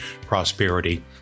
prosperity